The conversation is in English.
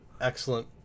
excellent